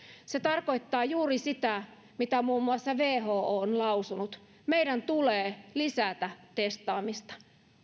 se tarkoittaa juuri sitä mitä muun muassa who on lausunut meidän tulee lisätä testaamista